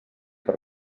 per